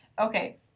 Okay